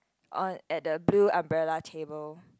on at the blue umbrella table